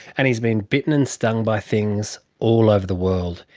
and he has been bitten and stung by things all over the world,